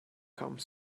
come